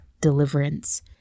deliverance